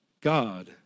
God